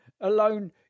alone